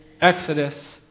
exodus